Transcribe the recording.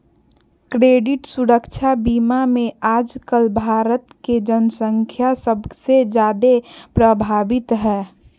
credit सुरक्षा बीमा मे आजकल भारत के जन्संख्या सबसे जादे प्रभावित हय